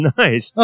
nice